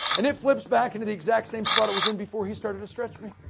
and it flips back into the exact same spot it was in before he started to stretch me.